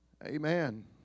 Amen